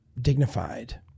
dignified